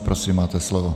Prosím, máte slovo.